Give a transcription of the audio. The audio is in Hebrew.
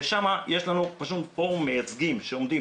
שם יש לנו פשוט פורום מייצגים שעובדים